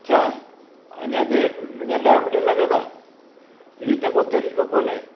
छा अञां देरि अञां ॾह मिंट लॻंदा ही त को तरीको कोन्हे